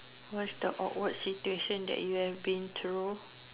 what the awkward situation that you have been through